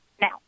now